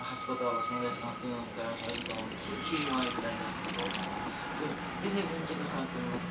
ہَسپَتالَس منٛز یَتھ کانٛہہ کٲم کَران سُہ اَتہِ گامُک سُہ تہِ چھُ یِوان ییٚتہِ رٮ۪نٹَس منٛز روزان حظ تہٕ یِتھَے کٔنۍ چھِ گژھان کٲم